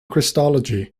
christology